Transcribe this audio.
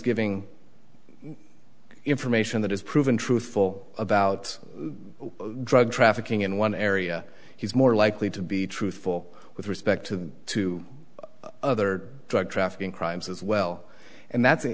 giving information that is proven truthful about drug trafficking in one area he's more likely to be truthful with respect to two other drug trafficking crimes as well and that's